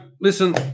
listen